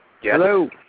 Hello